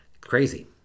Crazy